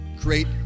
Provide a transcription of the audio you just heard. create